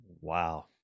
Wow